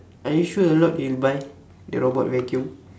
are you sure a lot will buy the robot vacuum